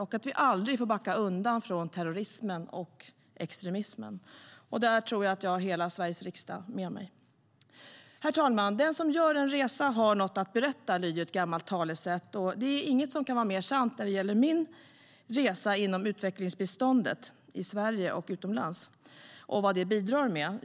Vi får aldrig backa undan för terrorismen och extremismen. Där tror jag att jag har hela Sveriges riksdag med mig. Herr talman! Den som gör en resa har något att berätta, lyder ett gammalt talesätt. Det är inget som kan vara mer sant när det gäller min resa inom utvecklingsbiståndet i Sverige och utomlands. Jag har sett vad det bidrar med.